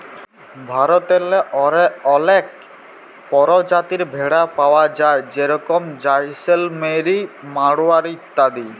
ভারতেল্লে অলেক পরজাতির ভেড়া পাউয়া যায় যেরকম জাইসেলমেরি, মাড়োয়ারি ইত্যাদি